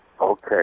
Okay